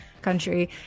country